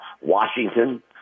Washington